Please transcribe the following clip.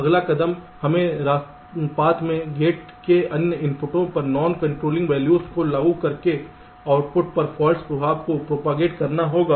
अगला कदम हमें रास्ते में गेट के अन्य इनपुटों पर नॉन कंट्रोलिंग वैल्यूज को लागू करके आउटपुट पर फाल्ट प्रभाव को प्रोपागेट करना होगा